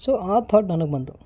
so ಆ thought ನನಗೆ ಬಂತು